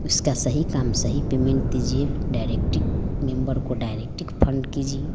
उसका सही काम सही पेमेंट दीजिए डायरेक्टिक मेम्बर को डायरेक्टिक फंड कीजिए